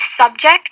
subject